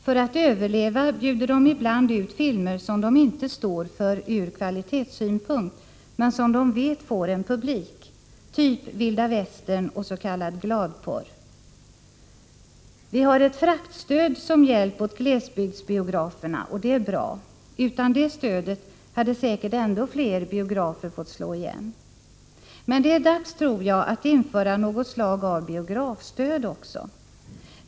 För att överleva bjuder de ibland ut filmer som de inte står för ur kvalitetssynpunkt men som de vet får en publik, filmer av typ vilda västern och s.k. gladporr. Det ges ett fraktstöd som hjälp åt glesbygdsbiograferna, och det är bra. Utan det stödet hade säkert ännu fler biografer fått slå igen. Men jag tror att det är dags att också införa något slag av biografstöd.